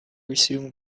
resume